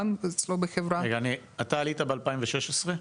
אתה עלית בשנת 2016?